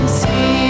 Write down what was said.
see